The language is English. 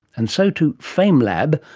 and so to famelab,